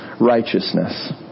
righteousness